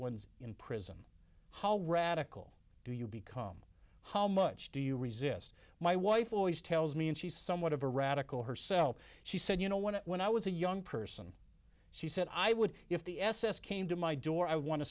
ones in prison how radical do you become how much do you resist my wife always tells me and she's somewhat of a radical herself she said you know when i when i was a young person she said i would if the s s came to my door i want to